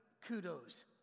kudos